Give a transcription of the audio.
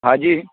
હાજી